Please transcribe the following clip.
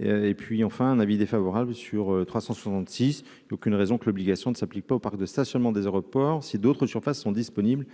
et puis enfin un avis défavorable sur 366 aucune raison que l'obligation ne s'applique pas aux parcs de stationnement des aéroports, si d'autres surfaces sont disponible